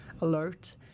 alert